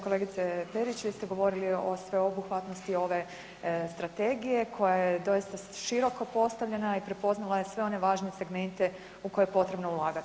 Kolegice Perić, vi ste govorili o sveobuhvatnosti ove Strategije, koja je doista široko postavljena i prepoznala je sve one važne segmente u koje je potrebno ulagati.